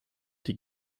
die